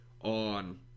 on